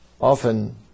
Often